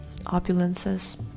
opulences